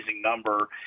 number